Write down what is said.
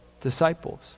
disciples